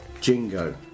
Jingo